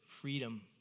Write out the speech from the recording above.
freedom